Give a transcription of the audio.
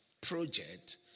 project